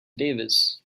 davis